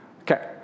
Okay